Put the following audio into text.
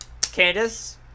Candace